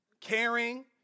caring